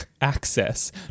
access